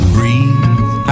Breathe